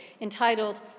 entitled